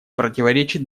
противоречит